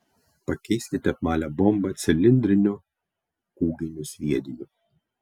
pakeiskite apvalią bombą cilindriniu kūginiu sviediniu